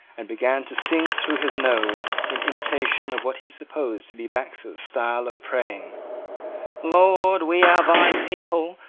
and began to sing through his nose, in imitation of what he supposed to be baxter's style of praying lord, we are thy people,